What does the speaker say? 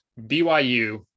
BYU